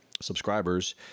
subscribers